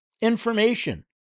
information